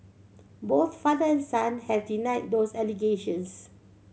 both father and son have denied those allegations